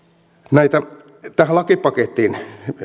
tähän lakipakettiin